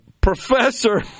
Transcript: Professor